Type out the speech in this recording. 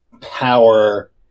power